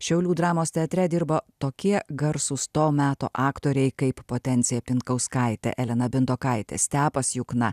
šiaulių dramos teatre dirbo tokie garsūs to meto aktoriai kaip potencija pinkauskaite elena bindokaitė stepas jukna